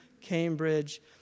Cambridge